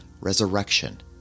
resurrection